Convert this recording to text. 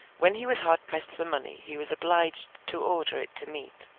when he was hard pressed for money he was obliged to order it to meet,